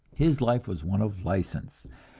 his life was one of license,